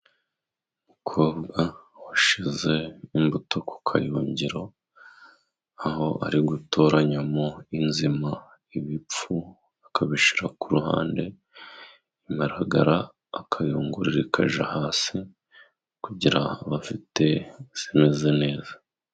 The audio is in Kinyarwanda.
Umukobwa washyize imbuto ku kayungiro, aho ari gutoranyamo inzima ibipfu akabishyira ku ruhande, imiragara akayungurura ikajya has,i kugira abe afite izimeze neza.